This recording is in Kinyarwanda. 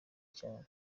cyane